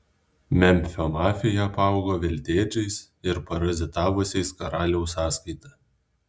memfio mafija apaugo veltėdžiais ir parazitavusiais karaliaus sąskaita